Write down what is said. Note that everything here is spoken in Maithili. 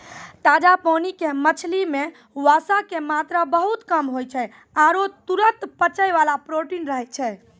ताजा पानी के मछली मॅ वसा के मात्रा बहुत कम होय छै आरो तुरत पचै वाला प्रोटीन रहै छै